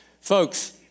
Folks